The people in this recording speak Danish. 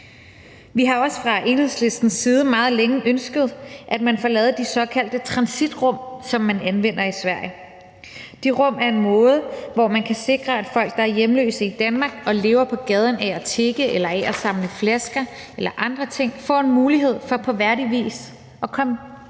Vi har fra Enhedslistens side også meget længe ønsket, at man får lavet de såkaldte transitrum, som man anvender i Sverige. De rum er en måde, hvorpå man kan sikre, at folk, der er hjemløse i Danmark og lever på gaden af at tigge eller af at samle flasker eller andre ting, får en mulighed for på værdig vis at komme